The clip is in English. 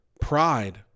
Pride